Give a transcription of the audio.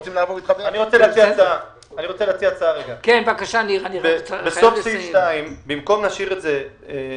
יש לי הצעה: במקום להשאיר את סעיף 2 :